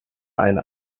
eine